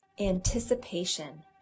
Anticipation